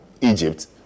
Egypt